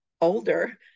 older